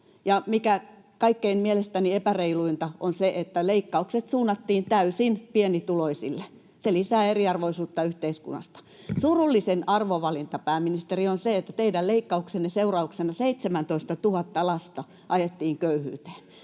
kaikkein epäreiluinta on se, että leikkaukset suunnattiin täysin pienituloisille. Se lisää eriarvoisuutta yhteiskunnassa. Surullisin arvovalinta, pääministeri, on se, että teidän leikkauksenne seurauksena 17 000 lasta ajettiin köyhyyteen,